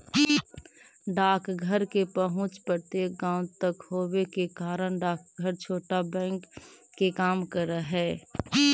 डाकघर के पहुंच प्रत्येक गांव तक होवे के कारण डाकघर छोटा बैंक के काम करऽ हइ